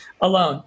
alone